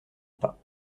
pas